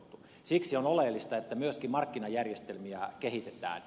siksi on oleellista että myöskin markkinajärjestelmiä kehitetään